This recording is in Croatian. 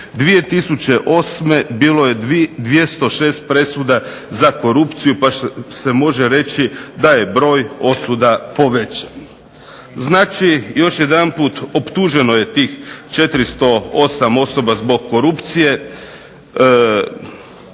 2008. bilo je 206 presuda za korupciju. Baš se može reći da je broj osuda povećan. Znači, još jedanput optuženo je tih 408 osoba zbog korupcije.